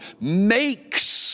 makes